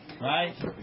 right